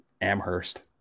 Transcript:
Amherst